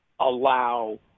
allow